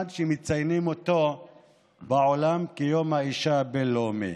שמציינים אותו בעולם כיום האישה הבין-לאומי.